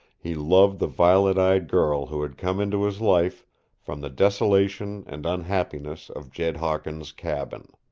he loved the violet-eyed girl who had come into his life from the desolation and unhappiness of jed hawkins' cabin.